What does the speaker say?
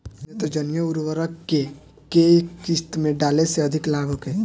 नेत्रजनीय उर्वरक के केय किस्त में डाले से अधिक लाभ होखे?